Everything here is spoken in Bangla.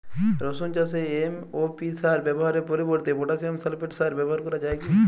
রসুন চাষে এম.ও.পি সার ব্যবহারের পরিবর্তে পটাসিয়াম সালফেট সার ব্যাবহার করা যায় কি?